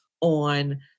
on